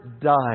died